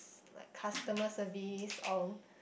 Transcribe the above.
like customer service or